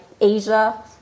Asia